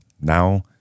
now